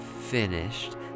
finished